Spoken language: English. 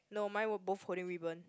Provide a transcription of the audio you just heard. no my were both holding ribbon